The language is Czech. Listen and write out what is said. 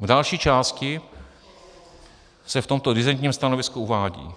V další části se v tomto disentním stanovisku uvádí: